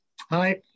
Hi